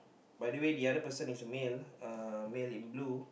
by the way the other person is a male uh male in blue